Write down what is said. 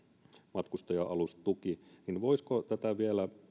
matkustaja alustuki niin voisiko vielä